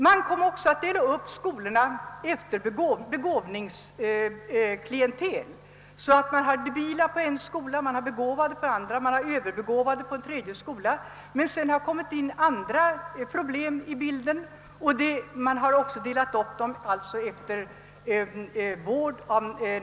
Man delade också upp skolorna efter begåvningsklientel, så att man hade debila på en skola, begåvade på en annan och välbegåvade på en tredje o. s. v. Sedan har det också kommit in andra problem i bilden, och eleverna har även delats upp efter vårdbehov.